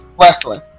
wrestling